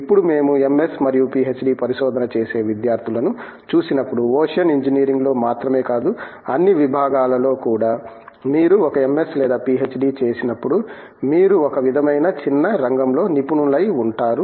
ఇప్పుడు మేము MS మరియు PhD పరిశోధన చేసే విద్యార్థులను చూసినప్పుడు ఓషన్ ఇంజనీరింగ్లో మాత్రమే కాదు అన్ని విభాగాలలో కూడా మీరు ఒక MS లేదా PhD చేసినప్పుడు మీరు ఒక విధమైన చిన్న రంగంలో నిపుణులై ఉంటారు